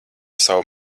savu